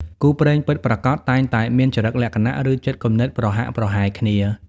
គូព្រេងពិតប្រាកដ តែងតែមានចរិតលក្ខណៈ ឬចិត្តគំនិតប្រហាក់ប្រហែលគ្នា។